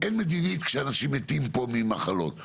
אין מדינית כשאנשים מתים פה ממחלות.